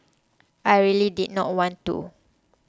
I really did not want to